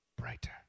brighter